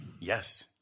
Yes